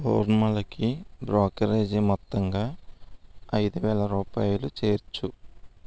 ఊర్మిళకి brokerage మొత్తంగా ఐదువేల రూపాయలు చేర్చు